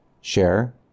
Share